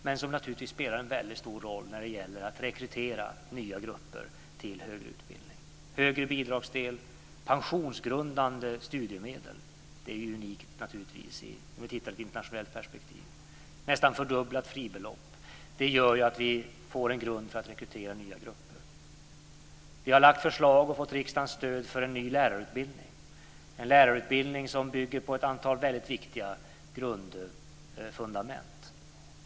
Det spelar en stor roll när det gäller att rekrytera nya grupper till högre utbildning. Högre bidragsdel, pensionsgrundande studiemedel. Det är unikt om vi tittar i ett internationellt perspektiv. Ett nästan fördubblat fribelopp. Det gör att vi får en grund för att rekrytera nya grupper. Vi har lagt fram förslag och fått riksdagens stöd för en ny lärarutbildning. Det är en lärarutbildning som bygger på ett antal viktiga grundfundament.